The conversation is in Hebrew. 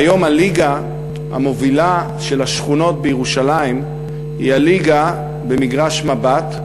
והיום הליגה המובילה של השכונות בירושלים היא הליגה במגרש "מבט",